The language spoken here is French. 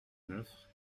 neuf